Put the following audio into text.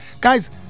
guys